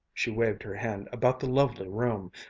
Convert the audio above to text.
she waved her hand about the lovely room,